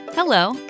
Hello